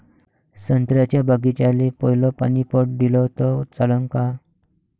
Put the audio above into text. संत्र्याच्या बागीचाले पयलं पानी पट दिलं त चालन का?